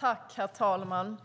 Herr talman!